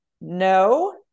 no